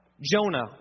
Jonah